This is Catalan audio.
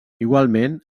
igualment